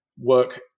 work